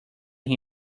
him